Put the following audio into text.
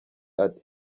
ati